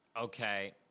Okay